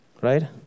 right